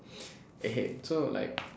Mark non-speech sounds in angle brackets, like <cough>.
<breath> <laughs> so like